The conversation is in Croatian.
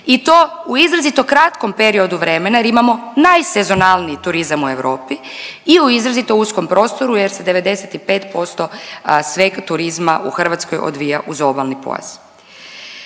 i to u izrazito kratkom periodu vremena jer imamo najsezonalniji turizam u Europi i u izrazito uskom prostoru jer se 95% sveg turizma u Hrvatskoj odvija uz obalni pojas.